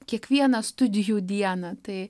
kiekvieną studijų dieną tai